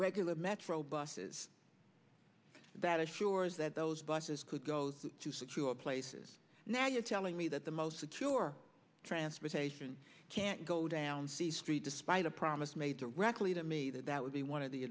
regular metro buses that assures that those buses could go to secure places now you're telling me that the most secure transportation can't go down the street despite a promise made directly to me that that would be one of the